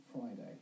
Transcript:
Friday